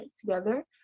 together